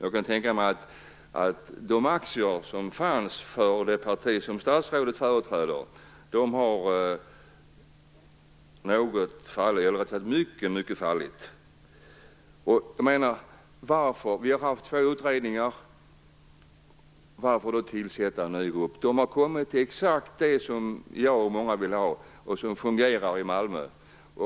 Jag kan tänka mig att aktierna för det parti som statsrådet företräder har fallit mycket. Vi har haft två utredningar om detta. Varför då tillsätta en ny grupp? De har kommit fram till exakt det som jag och många andra vill ha och som fungerar i Malmö.